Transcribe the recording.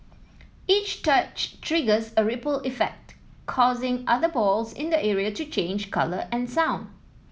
each touch triggers a ripple effect causing other balls in the area to change colour and sound